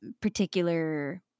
particular